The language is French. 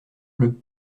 bleus